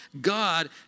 God